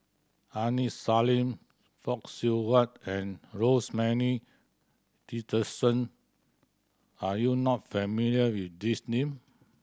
Aini Salim Fock Siew Wah and Rosemary Tessensohn are you not familiar with these name